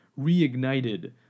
reignited